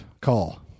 call